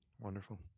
Wonderful